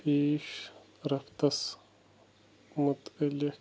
پیش رَفتس مُتعلق